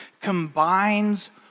combines